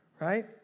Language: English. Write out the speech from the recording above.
Right